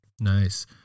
Nice